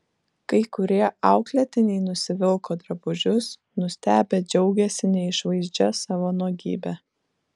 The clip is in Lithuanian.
kai kurie auklėtiniai nusivilko drabužius nustebę džiaugėsi neišvaizdžia savo nuogybe